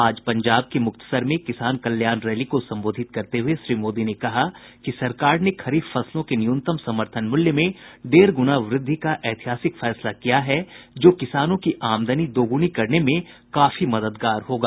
आज पंजाब के मुक्तसर में किसान कल्याण रैली को संबोधित करते हुए श्री मोदी ने कहा कि सरकार ने खरीफ फसलों के न्यूनतम समर्थन मूल्य में डेढ़ गुणा वृद्धि का ऐतिहासिक फैसला किया है जो किसानों की आमदनी दोगुनी करने में काफी मददगार होगा